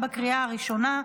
בקריאה הראשונה.